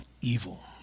evil